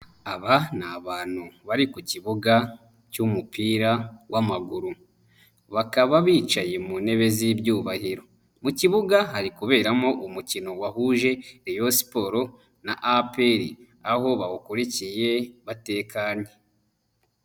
Aba ni abantu bari ku kibuga cy'umupira w'amaguru. Bakaba bicaye mu ntebe z'ibyubahiro. Mu kibuga hari kuberamo umukino wahuje Reyo siporo na Aperi, aho bawukurikiye batekanye.